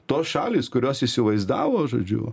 tos šalys kurios įsivaizdavo žodžiu